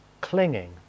clinging